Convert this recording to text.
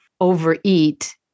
overeat